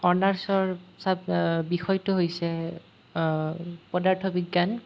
অনাৰ্চৰ বিষয়টো হৈছে পদাৰ্থ বিজ্ঞান